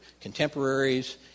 contemporaries